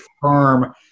firm